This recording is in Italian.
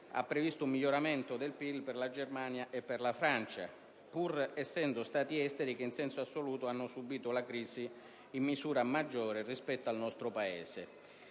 ha previsto un miglioramento del PIL per la Germania e per la Francia, pur essendo Stati esteri che in senso assoluto hanno subìto la crisi in misura maggiore rispetto al nostro Paese;